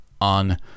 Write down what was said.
on